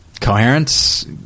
coherence